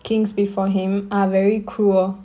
kings before him are very cruel